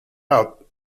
out